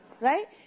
Right